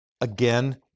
Again